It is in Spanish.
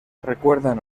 recuerdan